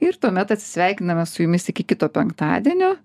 ir tuomet atsisveikiname su jumis iki kito penktadienio